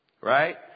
right